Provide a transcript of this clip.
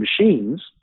machines